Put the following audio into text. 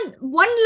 one